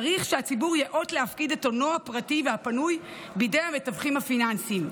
צריך שהציבור ייאות להפקיד את הונו הפנוי בידי המתווכים הפיננסים.